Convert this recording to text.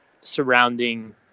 surrounding